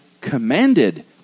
commanded